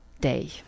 day